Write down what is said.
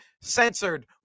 censored